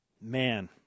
Man